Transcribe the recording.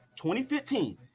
2015